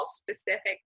specific